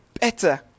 better